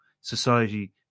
society